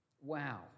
Wow